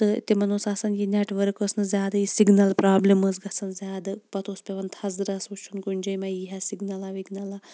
تہٕ تِمَن اوس آسان یہِ نیٚٹ ؤرک اوس نہٕ زیادٕ یہِ سِگنَل پرٛابلِم ٲس گَژھان زیادٕ پَتہٕ اوس پیٚوان تھَزرَس وُچھُن کُنہِ جایہِ ما یِیہِ ہے سِگنَلاہ وِگنَلاہ